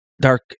Dark